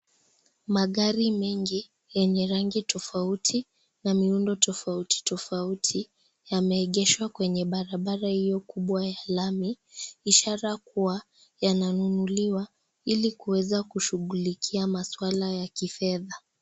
Magari mengi yenye rangi tofauti na miundo tofauti tofauti yameegeshwa kwenye barabara hiyo kubwa ya lami, ishara kuwa yananunuliwa ili kuweza kushughulikia maswala ya kifedha.